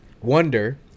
wonder